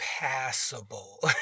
passable